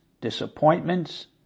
disappointments